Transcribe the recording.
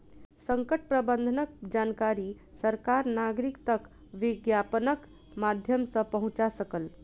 संकट प्रबंधनक जानकारी सरकार नागरिक तक विज्ञापनक माध्यम सॅ पहुंचा सकल